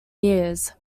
years